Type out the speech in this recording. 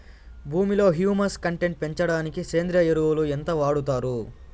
భూమిలో humus content పెంచడానికి సేంద్రియ ఎరువు ఎంత వాడుతారు